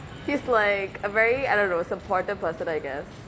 he's like a very I don't know supportive person I guess